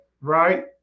right